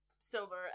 Silver